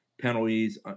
Penalties